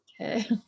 okay